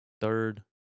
Third